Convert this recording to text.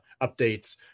updates